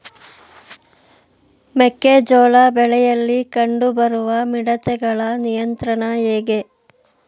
ಮೆಕ್ಕೆ ಜೋಳ ಬೆಳೆಯಲ್ಲಿ ಕಂಡು ಬರುವ ಮಿಡತೆಗಳ ನಿಯಂತ್ರಣ ಹೇಗೆ?